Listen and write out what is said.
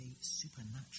supernatural